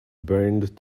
burned